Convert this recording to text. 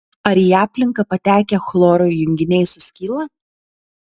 ar į aplinką patekę chloro junginiai suskyla